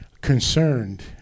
concerned